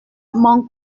mon